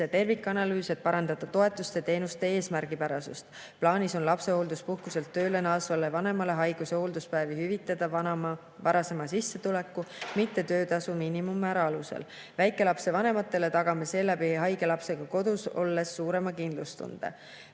tervikanalüüs, et parandada toetuste ja teenuste eesmärgipärasust. Plaanis on lapsehoolduspuhkuselt tööle naasvale vanemale haigus- ja hoolduspäevi hüvitada vanema varasema sissetuleku, mitte töötasu miinimummäära alusel. Väikelapse vanematele tagame seeläbi haige lapsega kodus olles suurema kindlustunde.